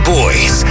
boys